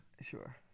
Sure